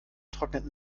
trocknet